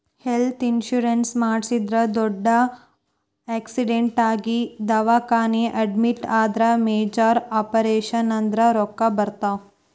health insurance ಮಾಡಿಸಿದ್ರ ದೊಡ್ಡ್ accident ಆಗಿ ದವಾಖಾನಿ ಅಡ್ಮಿಟ್ ಆದ್ರ ಮೇಜರ್ ಆಪರೇಷನ್ ಆದ್ರ ರೊಕ್ಕಾ ಬರ್ತಾವ